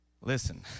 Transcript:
Listen